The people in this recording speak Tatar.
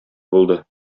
булды